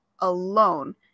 alone